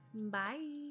bye